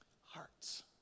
Hearts